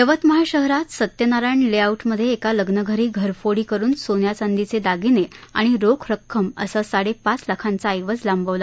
यवतमाळ शहरात सत्यनारायण लेआऊट मधे एका लग्नघरी घरफोडी करून सोन्याचांदीचे दागिने आणि रोख रक्कम असा साडे पाच लाखांचा ऐवज लांबविला